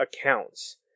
accounts